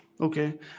Okay